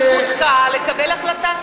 זכותך לקבל החלטה.